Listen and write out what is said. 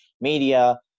media